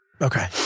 Okay